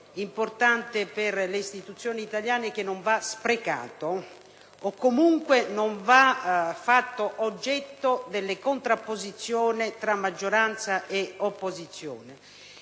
Paese e per le istituzioni italiane, che non va sprecato o comunque non va fatto oggetto delle contrapposizioni tra maggioranza e opposizione.